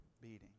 beating